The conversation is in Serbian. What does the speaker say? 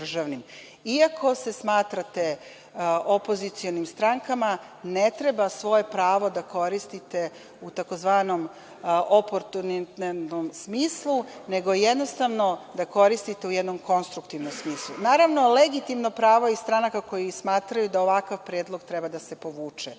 Iako se smatrate opozicionim strankama, ne treba svoje pravo da koristite u tzv. oportunitetnom smislu, nego jednostavno da koristite u jednom konstruktivnom smislu. Naravno, legitimno pravo je i stranaka koje smatraju da ovakav predlog treba da se povuče.